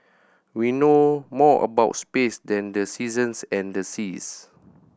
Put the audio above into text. we know more about space than the seasons and the seas